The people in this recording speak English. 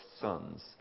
sons